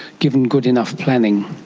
given good enough planning?